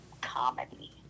comedy